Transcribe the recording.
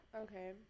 Okay